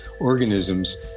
organisms